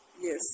yes